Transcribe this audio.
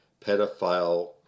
pedophile